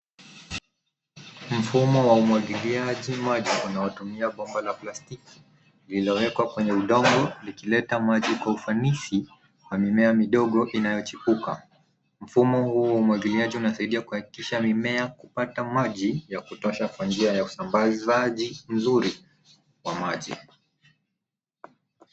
Mfumo wa umwagiliaji maji unaotumia bomba la plasiki lililowekwa kwa udongo likileta maji kwa ufanisi wa mimea midogo inayochipuka. Mfumo huu wa umwagiliaji unasaidia kuhakikisha mimea kupata maji ya kutosha kwa njia ya usambazaji mzuri wa maji.